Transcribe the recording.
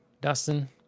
Dustin